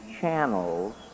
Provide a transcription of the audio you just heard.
channels